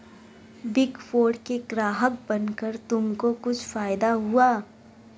Big four के ग्राहक बनकर तुमको कुछ फायदा हुआ?